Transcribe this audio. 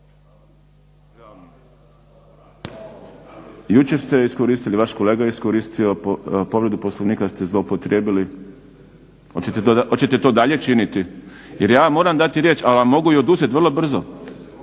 Jučer ste iskoristili. Vaš kolega je iskoristio povredu Poslovnika, jer ste zloupotrijebili. Hoćete to dalje činiti? Jer vam dati riječ, ali vam mogu i oduzeti vrlo brzo.